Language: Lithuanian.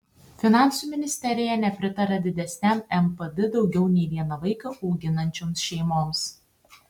finansų ministerija nepritaria didesniam npd daugiau nei vieną vaiką auginančioms šeimoms